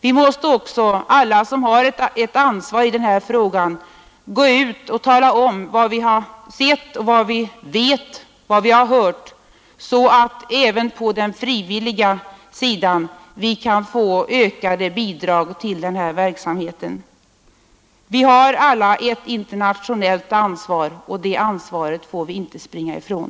Vi måste också, alla som har ansvar i den här frågan, gå ut och tala om vad vi har sett, vad vi vet och vad vi har hört, så att vi även på den frivilliga sidan kan få ökade bidrag till denna verksamhet. Vi har alla ett internationellt ansvar, och det ansvaret får vi inte springa ifrån.